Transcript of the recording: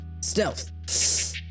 Stealth